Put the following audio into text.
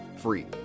free